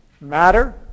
matter